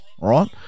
right